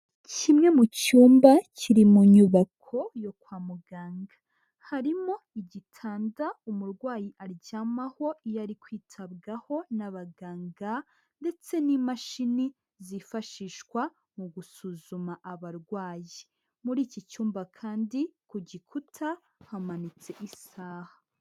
Kimwe mu cyumba kiri mu nyubako yo kwa muganga. Harimo igitanda umurwayi aryamaho iyo ari kwitabwaho n'abaganga ndetse n'imashini zifashishwa mu gusuzuma abarwayi. Muri iki cyumba kandi ku gikuta hamanitse isaha.